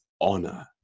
honor